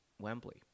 Wembley